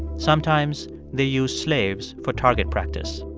sometimes they used slaves for target practice.